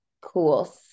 cool